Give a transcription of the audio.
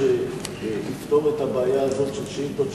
אני רוצה קודם כול להודות לוועדת השרים לענייני חקיקה על האישור.